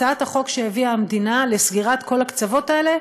הצעת החוק שהביאה המדינה לסגירת כל הקצוות האלה,